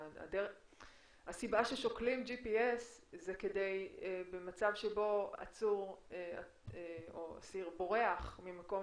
הסיבה ששוקלים GPS היא כדי שבמצב שבו אסיר בורח ממקום